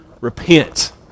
repent